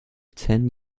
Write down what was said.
ten